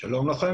שלום לכם.